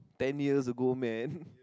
ten years ago man